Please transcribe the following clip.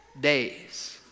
days